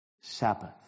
Sabbath